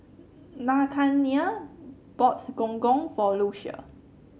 Nathanial bought Gong Gong for Lucia